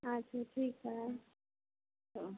अच्छा ठीक है तो